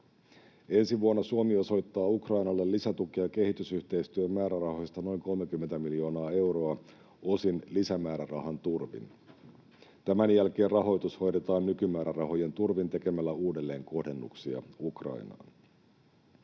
Ensi vuonna Suomi osoittaa Ukrainalle lisätukea kehitysyhteistyömäärärahoista noin 30 miljoonaa euroa osin lisämäärärahan turvin. Tämän jälkeen rahoitus hoidetaan nykymäärärahojen turvin tekemällä uudelleenkohdennuksia Ukrainaan.